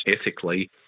ethically